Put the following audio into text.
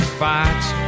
fights